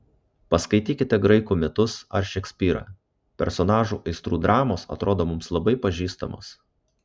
paskaitykite graikų mitus ar šekspyrą personažų aistrų dramos atrodo mums labai pažįstamos